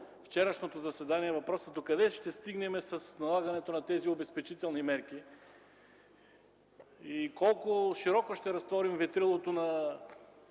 вчерашното заседание зададох въпроса: докъде ще стигнем с налагането на тези обезпечителни мерки и колко широко ще разтворим ветрилото на